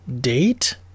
date